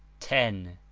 ten.